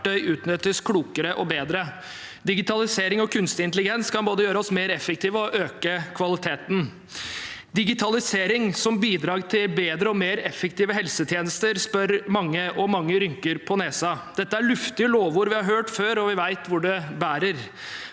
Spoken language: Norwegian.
utnyttes klokere og bedre. Digitalisering og kunstig intelligens kan både gjøre oss mer effektive og øke kvaliteten. Digitalisering som bidrag til bedre og mer effektive helsetjenester? Mange spør, og mange rynker på nesen. Dette er luftige lovord vi har hørt før, og vi vet hvor det bærer.